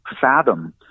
fathom